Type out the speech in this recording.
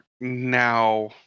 now